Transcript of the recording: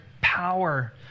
power